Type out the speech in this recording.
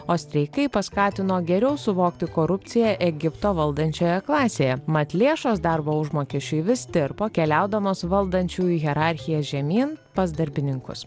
o streikai paskatino geriau suvokti korupciją egipto valdančioje klasėje mat lėšos darbo užmokesčiui vis tirpo keliaudamos valdančiųjų hierarchija žemyn pas darbininkus